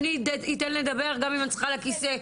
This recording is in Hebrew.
אני אמרתי,